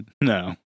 No